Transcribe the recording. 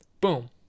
boom